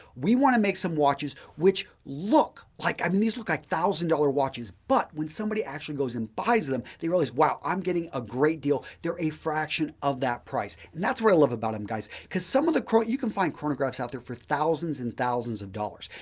we want to make some watches which look like i mean and this look like thousand dollar watches, but when somebody actually goes and buys them, they realized, wow, i'm getting a great deal, they're a fraction of that price. and that's what i love about them guys because some of the chrono you can find chronographs out there for thousands and thousands of dollars.